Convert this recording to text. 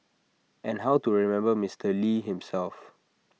and how to remember Mister lee himself